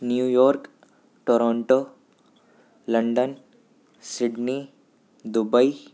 New York Toronto London Sydney Dubai